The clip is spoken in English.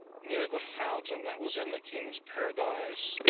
near the fountain that was in the king's paradise,